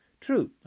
True